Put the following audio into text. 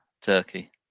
Turkey